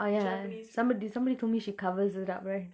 oh ya somebody somebody told me she covers it up right